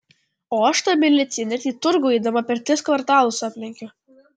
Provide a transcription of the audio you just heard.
o aš tą miliciją net į turgų eidama per tris kvartalus aplenkiu